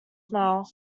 smile